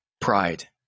pride